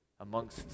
amongst